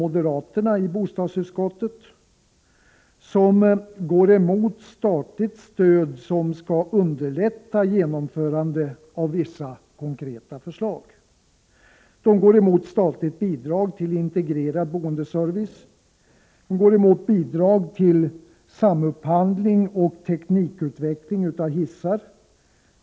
Moderaterna går nämligen emot statligt stöd som skall underlätta genomförandet av vissa konkreta förslag. De går emot statligt bidrag till integrerad boendeservice. De går emot bidrag till samupphandling och teknikutveckling av hissar.